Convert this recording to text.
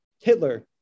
Hitler